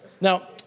Now